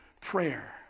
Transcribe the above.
prayer